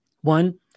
One